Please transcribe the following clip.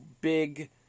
big